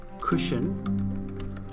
cushion